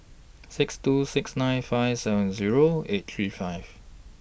six two six nine five seven Zero eight three five